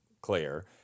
Claire